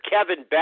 Kevin